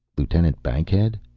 lieutenant bankhead?